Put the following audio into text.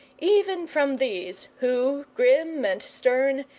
even from these, who, grim and stern,